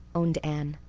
owned anne.